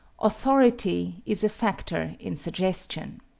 authority is a factor in suggestion.